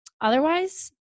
Otherwise